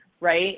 right